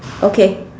okay